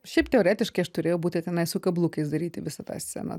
šiaip teoretiškai aš turėjau būti tenai su kablukais daryti visą tą sceną